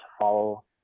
follow